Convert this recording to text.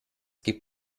gibt